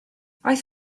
aeth